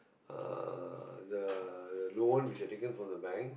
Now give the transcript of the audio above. uh the the loan which they taken from the bank